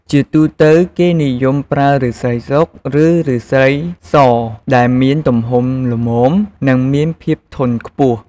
ជាទូទៅ គេនិយមប្រើឬស្សីស្រុក ឬឬស្សីស ដែលមានទំហំល្មម និងមានភាពធន់ខ្ពស់។